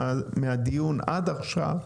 מהדיון עד עכשיו,